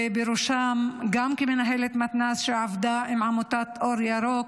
ובראשם גם כמנהלת מתנ"ס שעבדה עם עמותת אור ירוק,